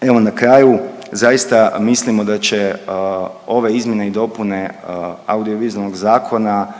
na kraju zaista mislimo da će ove izmjene i dopune audiovizualnog zakona